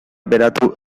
beratu